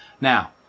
Now